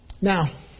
Now